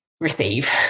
receive